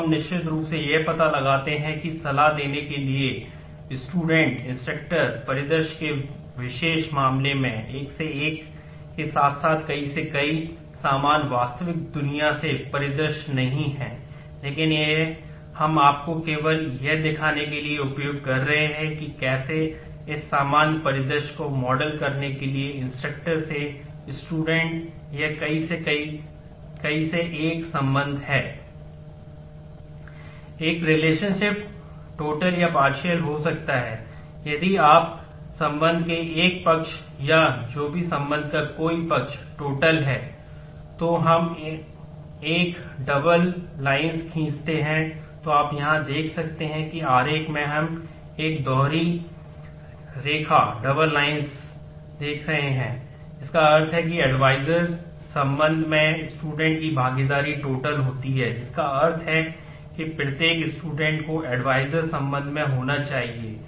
अब हम निश्चित रूप से यह पता लगा सकते हैं कि सलाह देने के स्टूडेंट यह कई से एक संबंध है